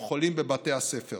בבתי הספר